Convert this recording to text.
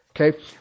Okay